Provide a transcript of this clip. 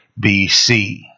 BC